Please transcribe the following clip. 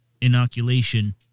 inoculation